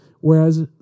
Whereas